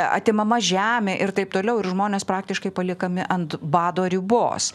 atimama žemė ir taip toliau ir žmonės praktiškai paliekami ant bado ribos